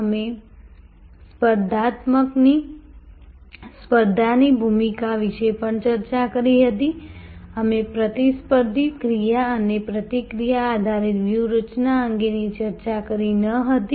અમે સ્પર્ધાની ભૂમિકા વિશે પણ ચર્ચા કરી હતી અમે પ્રતિસ્પર્ધી ક્રિયા અને પ્રતિક્રિયા આધારિત વ્યૂહરચના અંગે ચર્ચા કરી ન હતી